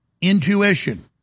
intuition